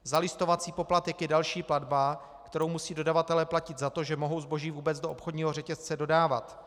Zalistovací poplatek je další platba, kterou musí dodavatelé platit za to, že mohou zboží vůbec do obchodního řetězce dodávat.